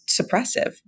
suppressive